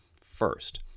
first